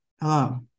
Hello